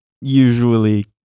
usually